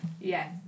Yes